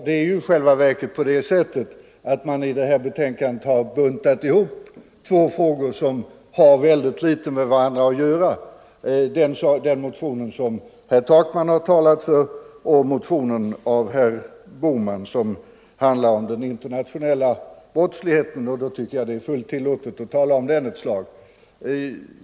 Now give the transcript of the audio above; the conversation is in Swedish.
Det är i själva verket så, att man i detta betänkande buntat ihop två frågor som har ganska litet med varandra att göra, nämligen den motion som herr Takman talade för och en motion av herr Bohman om den internationella brottsligheten. Jag tycker att det är fullt tillåtet att också tala om den ett slag.